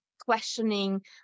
questioning